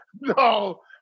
no